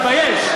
תתבייש.